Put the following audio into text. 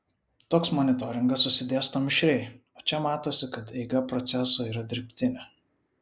toks monitoringas susidėsto mišriai o čia matosi kad eiga proceso yra dirbtinė